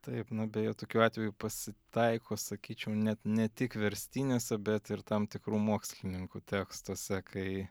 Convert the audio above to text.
taip na beje tokių atvejų pasitaiko sakyčiau net ne tik verstinėse bet ir tam tikrų mokslininkų tekstuose kai